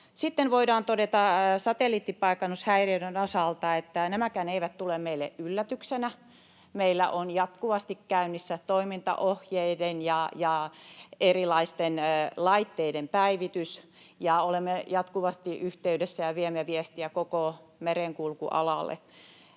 Sitten voidaan todeta satelliittipaikannushäiriöiden osalta, että nämäkään eivät tule meille yllätyksenä. Meillä on jatkuvasti käynnissä toimintaohjeiden ja erilaisten laitteiden päivitys, ja olemme jatkuvasti yhteydessä ja viemme viestiä koko merenkulkualalle.